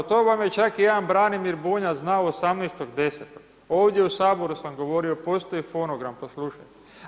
To vam je čak i jedan Branimir Bunjac znao 18.10, ovdje u Saboru sam govorio, postoji fonogram pa slušajte.